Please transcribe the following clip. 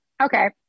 okay